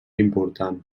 important